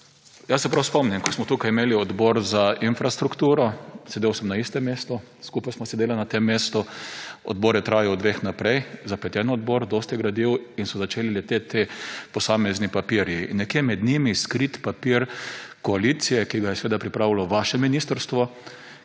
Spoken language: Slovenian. Jaz se prav spomnim, ko smo tukaj imeli odbor za infrastrukturo, sedel sem na istem mestu, skupaj sva sedela na tem mestu, odbor je trajal od 14. ure naprej, zapleten odbor, dosti gradiv in so začeli leteti posamezni papirji. In nekje med njimi skrit papir koalicije, ki ga je seveda pripravilo vaše ministrstvo,